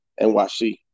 NYC